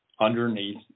underneath